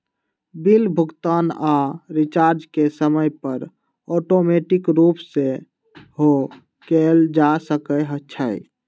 bill भुगतान आऽ recharge के समय पर ऑटोमेटिक रूप से सेहो कएल जा सकै छइ